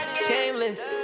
Shameless